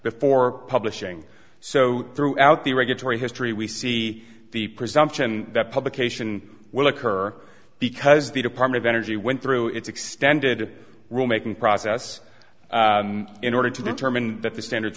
before publishing so throughout the regulatory history we see the presumption that publication will occur because the department of energy went through its extended rule making process in order to determine that the standards